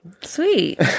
Sweet